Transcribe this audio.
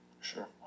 sure